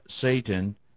Satan